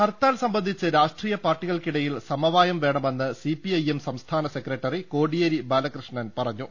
ഹർത്താൽ സംബന്ധിച്ച് രാഷ്ട്രീയ പാർട്ടികൾക്കിടയിൽ സമ വായം വേണമെന്ന് സിപിഐഎം സംസ്ഥാന സെക്രട്ടറി കോടി യേരി ബാലകൃഷ്ണൻ പറഞ്ഞു